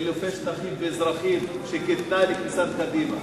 חילופי שטחים ואזרחים, כשקיוותה לכניסת קדימה.